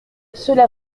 cela